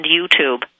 YouTube